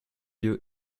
lieu